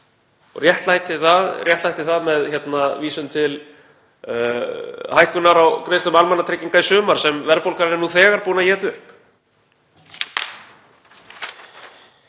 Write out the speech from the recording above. og réttlætir það með vísan til hækkunar á greiðslum almannatrygginga í sumar sem verðbólgan er nú þegar búin að éta upp.